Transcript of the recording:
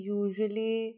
usually